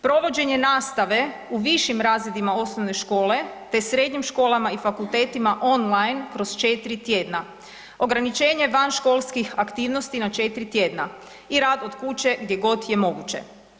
Provođenje nastave u višim razredima osnovne škole te srednjim školama i fakultetima on line kroz 4 tjedna, ograničenje vanškolskih aktivnosti kroz 4 tjedna i rad od kuće gdje god je moguće.